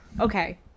Okay